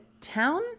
town